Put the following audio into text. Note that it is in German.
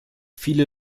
viele